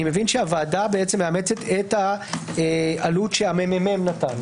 הוועדה מאמצת את העלות שהממ"מ נתן.